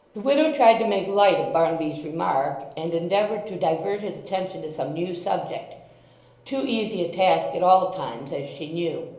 the widow tried to make light of barnaby's remark, and endeavoured to divert his attention to some new subject too easy a task at all times, as she knew.